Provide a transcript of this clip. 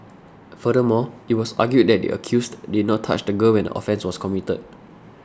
furthermore it was argued that the accused did not touch the girl when the offence was committed